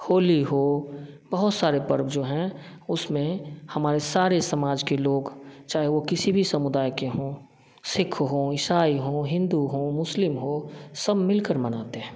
होली हो बहुत सारे पर्व जो हैं उसमें हमारे सारे समाज के लोग चाहे वो किसी भी समुदय के हो सिख हो ईसाई हो हिन्दू हो मुस्लिम हो सब मिलकर मानते हैं